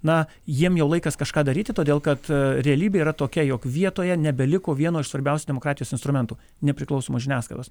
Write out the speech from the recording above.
na jiem jau laikas kažką daryti todėl kad realybė yra tokia jog vietoje nebeliko vieno iš svarbiausių demokratijos instrumentų nepriklausomos žiniasklaidos